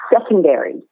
secondary